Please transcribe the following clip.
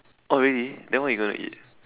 oh really then what you gonna eat